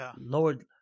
Lord